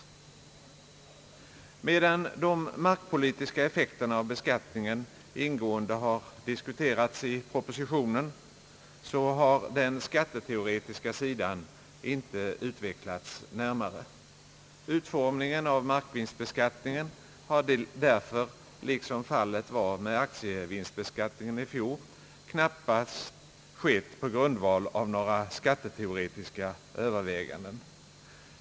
Medan de markpolitiska effekterna av beskattningen ingående har diskuterats i propositionen, har den skatteteoretiska sidan inte utvecklats närmare. Utformningen av markvinstbeskattningen har därför, liksom fallet var med aktievinstbeskattningen i fjol, knappast skett på grundval av några skatteteoretiska överväganden.